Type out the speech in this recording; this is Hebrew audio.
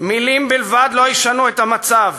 מילים בלבד לא ישנו את המצב,